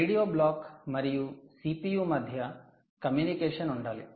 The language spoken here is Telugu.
రేడియో బ్లాక్ మరియు CPU మధ్య కమ్యూనికేషన్ ఉండాలి